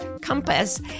compass